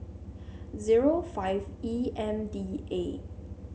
zero five E M D A